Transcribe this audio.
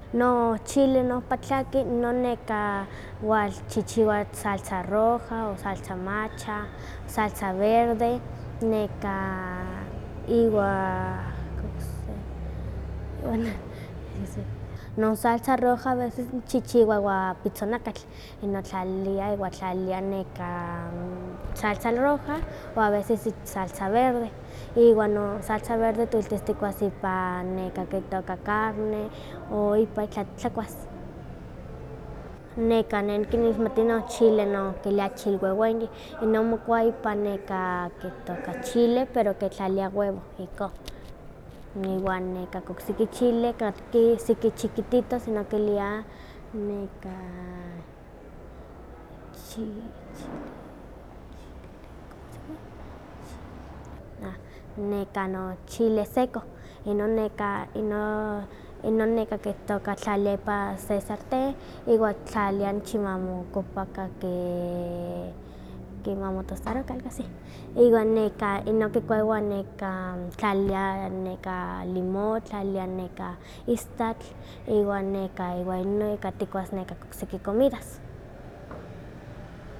No chile ohpa tlaki non neka twalchichiwa salsa roja, o salsa macha, salsa verde, nekah iwan kokse. non salsa roja a veces tchichiwa ika pitzonakatl, inon tlalilia iwa tlalilia salsa roja o a veces ik salsa verde, iwa no salsa verde twelitis tikuas ipa neka ke itoka carne o ipa tla titlakuas. Neka ne nikinmati no chile kilia chilwenweyi, inon mokua ipan nekah ke itoka chile pero kitlalia webo, ihko. Iwa neka oksiki chile katki siki chiquititos inon kilia neka, chi- chil-a neka no chile seco, inon neka kitlali ipa se sarten iwa kitlalia nochi ke ompakah ma motostaroka, algo así, iwa inon kukua kitlalilia limón, kitlaliliah istatl, iwa neka iwa inon ika tikuas oksiki comidas.